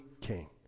king